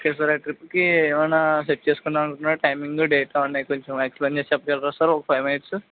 okay sir ఆ ట్రిప్కి ఏమైనా సెట్ చేసుకుందామని అనుకున్నారా టైమింగు డేటు అవన్నీ కొంచెం ఎక్స్ప్లెయిన్ చేసి చెప్పగలరా సార్ ఒక ఫైవ్ మినిట్సు